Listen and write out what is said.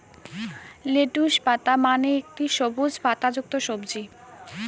lettuce পাতা মানে একটি সবুজ পাতাযুক্ত সবজি